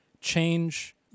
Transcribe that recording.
change